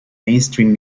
mainstream